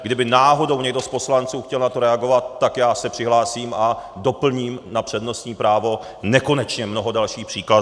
Kdyby náhodou někdo z poslanců chtěl na to reagovat, tak já se přihlásím a doplním na přednostní právo nekonečně mnoho dalších příkladů.